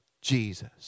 Jesus